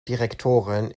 direktoren